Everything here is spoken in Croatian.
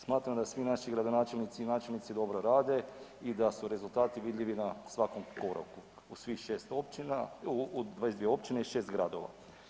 Smatram da svi naši gradonačelnici i načelnici dobro rade i da su rezultati vidljivi na svakom koraku u svih 6 općina, u 22 općine i 6 gradova.